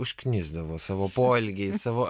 užknisdavo savo poelgiais savo